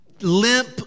limp